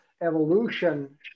evolution